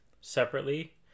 separately